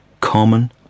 common